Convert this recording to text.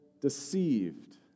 deceived